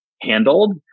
handled